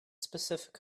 specific